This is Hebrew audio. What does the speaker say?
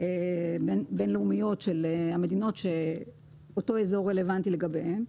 בין-לאומיות של המדינות שאותו אזור רלוונטי לגביהן.